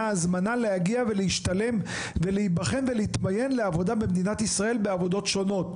הזמנה להגיע ולהשתלם ולהבחן לעבודה במדינת ישראל בעבודות שונות.